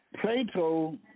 Plato